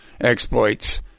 exploits